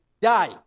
die